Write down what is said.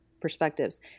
perspectives